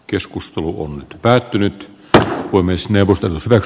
keskustelu on päättynyt täällä voi myös neuvosto wec